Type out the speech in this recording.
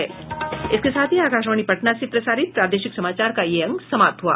इसके साथ ही आकाशवाणी पटना से प्रसारित प्रादेशिक समाचार का ये अंक समाप्त हुआ